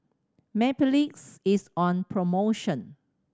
Mepilex is on promotion